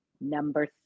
number